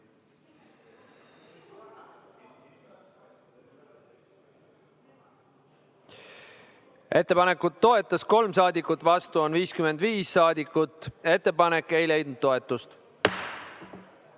Ettepanekut toetas 3 saadikut, vastu on 55 saadikut. Ettepanek ei leidnud toetust.